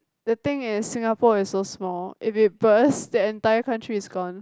the thing is Singapore is so small if it burst the entire country is gone